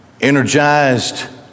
energized